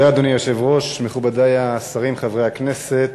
אדוני היושב-ראש, תודה, מכובדי השרים, חברי הכנסת,